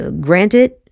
granted